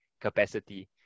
capacity